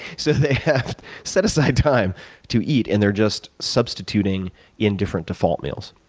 so they have set aside time to eat and they're just substituting in different default meals,